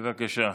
בבקשה.